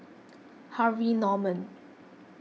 Harvey Norman